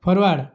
forward